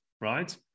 right